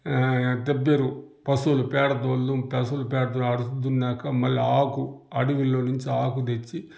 దిబ్బెరువు పశువుల పేడ పశువుల పేడ అడుసు దున్నాక మళ్ళా ఆకు అడవిలో నించి ఆకు తెచ్చి